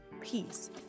peace